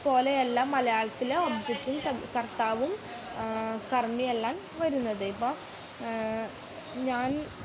പോലെയല്ല മലയാളത്തിലെ ഒബ്ജക്റ്റും കർത്താവും കർമ്മി എല്ലാം വരുന്നത് ഇപ്പോൾ ഞാൻ